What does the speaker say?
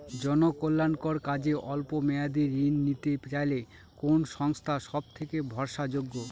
জনকল্যাণকর কাজে অল্প মেয়াদী ঋণ নিতে চাইলে কোন সংস্থা সবথেকে ভরসাযোগ্য?